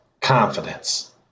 confidence